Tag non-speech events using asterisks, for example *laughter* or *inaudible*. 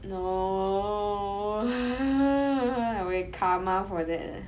no *laughs* I'll get karma for that eh